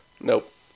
Nope